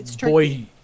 boy